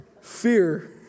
Fear